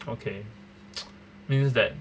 okay means that